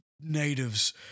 natives